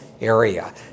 area